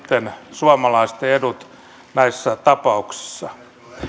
suomalaisten edut näissä tapauksissa